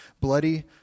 bloody